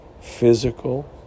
physical